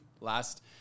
last